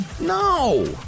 No